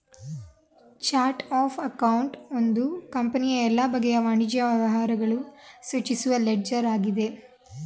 chart of account ಒಂದು ಕಂಪನಿಯ ಎಲ್ಲ ಬಗೆಯ ವಾಣಿಜ್ಯ ವ್ಯವಹಾರಗಳು ಸೂಚಿಸುವ ಲೆಡ್ಜರ್ ಆಗಿದೆ